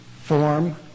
form